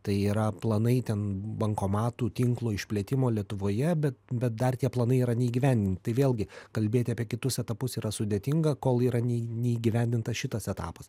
tai yra planai ten bankomatų tinklo išplėtimo lietuvoje bet bet dar tie planai yra neįgyvendinti tai vėlgi kalbėti apie kitus etapus yra sudėtinga kol yra ne neįgyvendintas šitas etapas